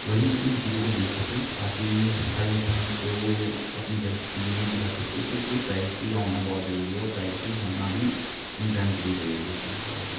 वही उन चीज़ों को देख सकें बाकी हर इंसान को अपने घर की चीज़ें नहीं दिखा सकते तो इसलिए प्राइवेसी का होना बहुत जरूरी है और प्राइवेसी होना भी इंसान के लिए जरूरी होती है बाकी